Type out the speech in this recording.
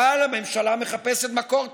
אבל הממשלה מחפשת מקור תקציבי.